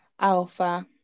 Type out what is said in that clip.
Alpha